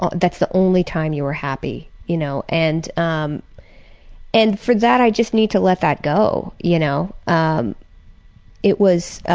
ah that's the only time you were happy, you know. and um and for that, i just need to let that go, you know, um it was